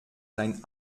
sein